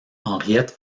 henriette